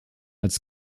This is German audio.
als